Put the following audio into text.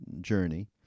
journey